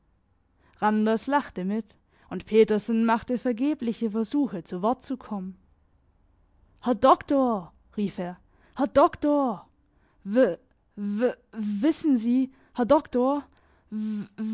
randers lachte mit und petersen machte vergebliche versuche zu wort zu kommen herr doktor rief er herr doktor w w wissen sie herr doktor w w w